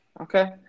Okay